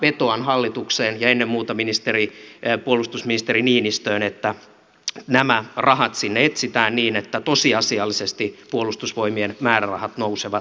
vetoan hallitukseen ja ennen muuta puolustusministeri niinistöön että nämä rahat sinne etsitään niin että tosiasiallisesti puolustusvoimien määrärahat nousevat sovitulla tavalla